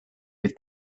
with